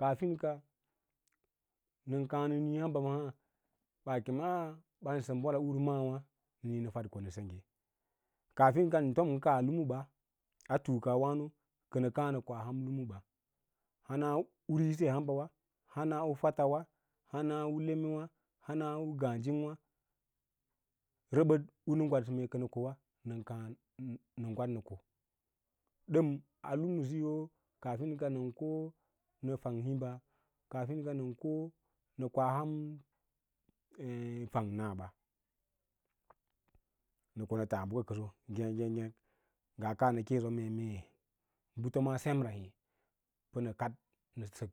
Kaafin ka nən kaã nə niĩ hamba maa ɓaa ken ǎǎ bari sən ɓolko urwa magwǎ nə niĩ nə faɗ ko nə sengge kaafinka ən tom ən kaa lamuɓa a tuukawǎno kə nə kaã nə koa ham lumuba haha u risi hamɓawa hana u fottawa hana u lemewa haha u ngǎǎjingwâ nəbəd u nə gwaɗsə mee kənə kowa nən kaã nə gwad nə ko dən a lamu biyo kaafin nənko a ham fang himba ba kaafin ka nə ko aham fang naah ɓa nə ko nə taa bəka kənso ngěƙ-ngěk kənso ngaa kaa nə kěě səwa mee mee bə tomaa semra hê pə nə kaɗnə sək